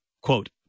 quote